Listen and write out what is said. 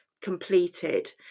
completed